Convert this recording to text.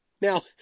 Now